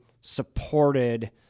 supported